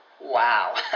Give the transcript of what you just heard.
Wow